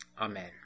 Amen